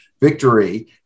victory